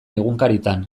egunkaritan